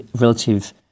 relative